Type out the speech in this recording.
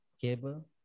cable